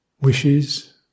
wishes